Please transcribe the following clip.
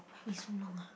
why we so long ah